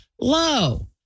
low